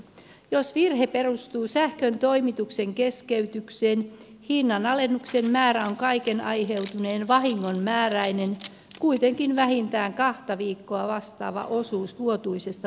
jos virhe perustuu sähköntoimituksen keskeytykseen hinnanalennuksen määrä on kaiken aiheutuneen vahingon määräinen kuitenkin vähintään kahta viikkoa vastaava osuus vuotuisesta verkkopalvelumaksusta